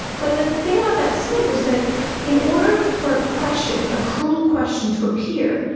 but the thing about that site was that in order for a question, a cruel question to appear,